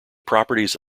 properties